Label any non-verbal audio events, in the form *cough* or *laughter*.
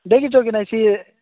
ଦେଇକି *unintelligible*